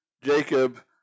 Jacob